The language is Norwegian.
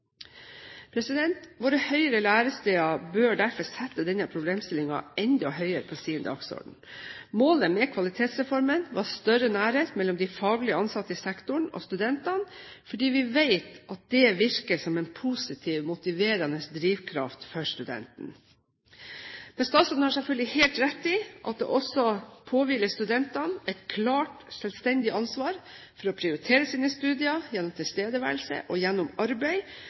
Våre høyere læresteder bør derfor sette denne problemstillingen enda høyere på sin dagsorden. Målet med Kvalitetsreformen var større nærhet mellom de faglig ansatte i sektoren og studentene fordi vi vet at det virker som en positiv, motiverende drivkraft for studenten. Men statsråden har selvfølgelig helt rett i at det også påhviler studentene et klart selvstendig ansvar for å prioritere sine studier gjennom tilstedeværelse og gjennom arbeid,